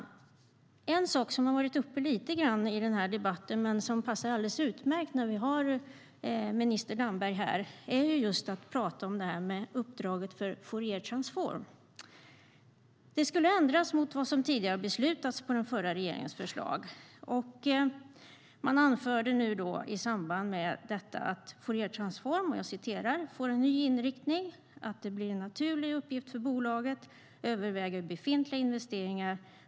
En sak som har varit uppe lite grann i den här debatten och som passar alldeles utmärkt att prata om när vi har minister Damberg här är uppdraget för Fouriertransform. Det skulle ändras mot vad som tidigare beslutats på den förra regeringens förslag. Man anförde i den senaste budgetpropositionen att "Fouriertransforms verksamhet får en ny inriktning" och att det blir "en naturlig uppgift för bolaget att överväga hur de befintliga investeringarna .